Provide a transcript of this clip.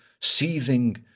seething